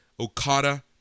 Okada